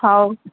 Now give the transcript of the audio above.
ହଉ